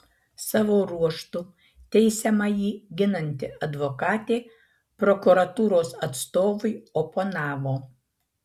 savo ruožtu teisiamąjį ginanti advokatė prokuratūros atstovui oponavo